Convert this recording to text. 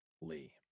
Lee